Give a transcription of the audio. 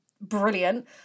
brilliant